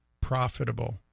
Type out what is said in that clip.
profitable